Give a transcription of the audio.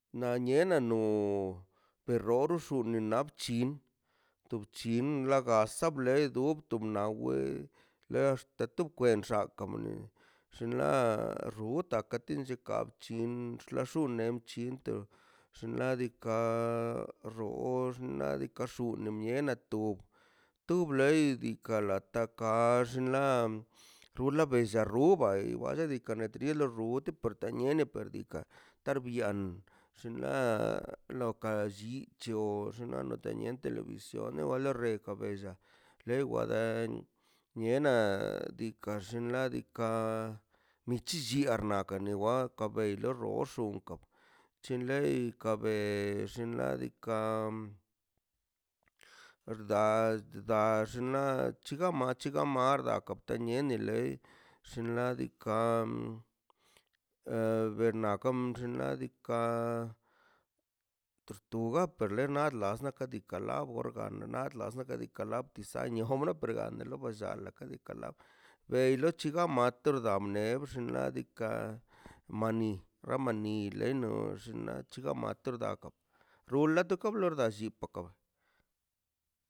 Na niana no xoro cho niam chin dub chin lasa bleib dob tub nawe lex ta to bkwenxa naka bnie xinla ruta ka tien dika bchi tla xun nem chinto xlandika xoox xnaꞌ diikaꞌ ka xu menea tob tu blei di galaka ta xinla xula bella ru rubei beia kadika na true du due porta nie tena por diikaꞌ tar bian xinla loka lli cho xinla deteniente o la roka bellaꞌ le wa dan niena diika xinladika michi lliarna nakani wa pues lo xoinllon chinḻei ka be xinladika da da xinla chigama chigama da katernie lei xinladika e bernakan nadika tortuga per le nar las kadika la borgan na lasdika lab tisanio nab chigamatrədga da bnex xinladika mani ramani di lenox xnaꞌ chigamatə lo darkə rula kalobarliktda